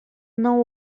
não